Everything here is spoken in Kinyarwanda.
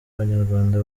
abanyarwanda